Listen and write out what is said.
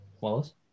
Wallace